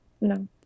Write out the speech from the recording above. no